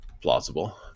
plausible